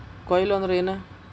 ಕೊಯ್ಲು ಅಂದ್ರ ಏನ್?